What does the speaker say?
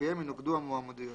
שלפיהן ינוקדו המועמדויות,